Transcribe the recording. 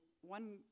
one